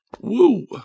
Woo